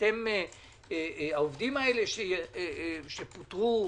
העובדים האלה שפוטרו,